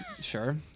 sure